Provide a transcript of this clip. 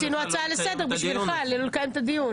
רצינו הצעה לסדר בשבילך, לא לקיים את הדיון.